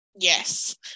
Yes